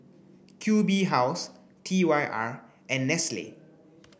Q B House T Y R and Nestle